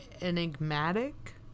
enigmatic